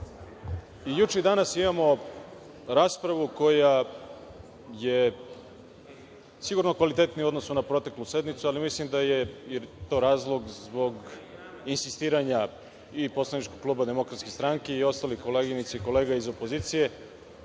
i juče i danas imamo raspravu koja je, sigurno kvalitetnija u odnosu na proteklu sednicu, ali mislim da je to razlog zbog insistiranja i poslaničkog kluba Demokratske stranke i ostalih koleginica i kolega iz opozicije